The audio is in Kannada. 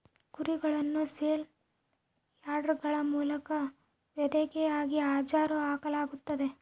ಕುರಿಗಳನ್ನು ಸೇಲ್ ಯಾರ್ಡ್ಗಳ ಮೂಲಕ ವಧೆಗಾಗಿ ಹರಾಜು ಹಾಕಲಾಗುತ್ತದೆ